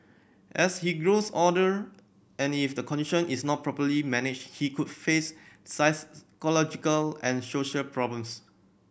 as he grows older and if the condition is not properly managed he could face psychological and social problems